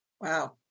Wow